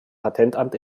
patentamt